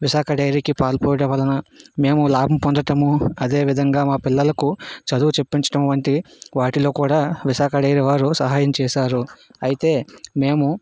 విశాఖ డైరీకి పాలు పోయడం వలన మేము లాభం పొందడమూ అదేవిధంగా మా పిల్లలకు చదువు చెప్పించడమూ వంటి వాటిలో కూడా విశాఖ డైరీ వారు సహాయం చేశారు అయితే మేము